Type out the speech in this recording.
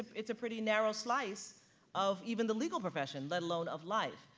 it's a pretty narrow slice of even the legal profession, let alone of life.